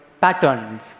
patterns